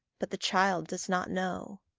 but the child does not know.